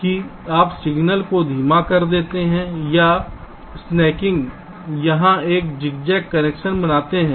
कि आप सिग्नल को धीमा कर देते हैं या स्नैकिंग यहां एक ज़िगज़ैग कनेक्शन बनाते हैं